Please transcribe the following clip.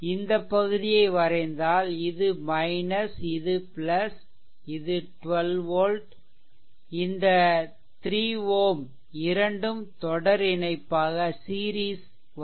இந்த பகுதியை வரைந்தால் இது இது இது 12 volt இந்த 3 Ω இரண்டும் தொடரிணைப்பாக வரும்